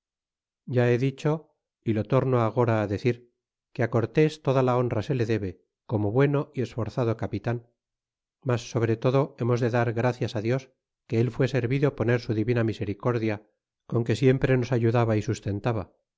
ya he dicho y lo torno agora decir que cortés toda la honra se le debe como bueno y esforzado capitan mas sobre todo hemos de dar gracias dios que él fue servido poner su divina misericordia con que siempre nos ayudaba y sustentaba